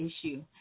issue